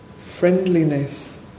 friendliness